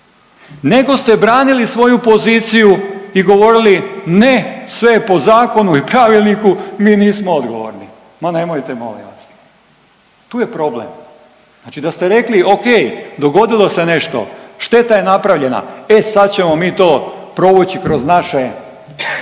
Nego ste branili svoju poziciju i govorili ne sve je po zakonu i pravilniku, mi nismo odgovorni. Ma nemojte molim vas. Tu je problem. Znači da ste rekli ok, dogodilo se nešto, šteta je napravljena e sad ćemo mi to provući kroz naše